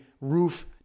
roof